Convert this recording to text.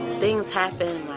things happen